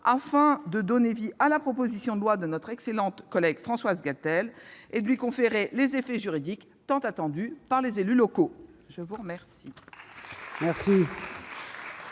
afin de donner vie à la proposition de loi de notre excellente collègue Françoise Gatel, et de lui conférer les effets juridiques tant attendus par les élus locaux. La parole